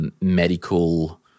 Medical